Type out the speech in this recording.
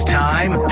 time